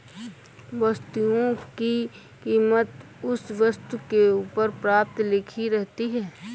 वस्तुओं की कीमत उस वस्तु के ऊपर प्रायः लिखी रहती है